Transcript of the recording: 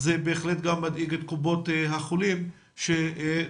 זה בהחלט גם מדאיג את קופות החולים שדורשות,